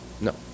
No